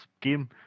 game